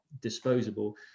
disposable